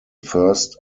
first